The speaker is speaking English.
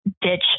ditch